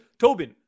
Tobin